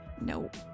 nope